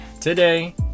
today